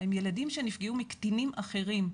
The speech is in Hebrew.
הם ילדים שנפגעו מקטינים אחרים.